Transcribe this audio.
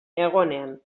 egonean